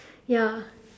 ya